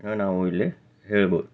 ನಾವು ಇಲ್ಲಿ ಹೇಳ್ಬೋದು